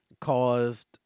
caused